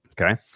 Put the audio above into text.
Okay